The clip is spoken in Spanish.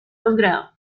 posgrado